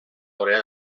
vorera